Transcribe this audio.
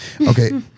Okay